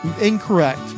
Incorrect